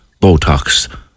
Botox